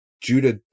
Judah